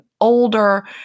older